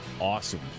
awesome